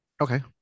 Okay